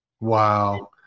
Wow